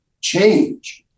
change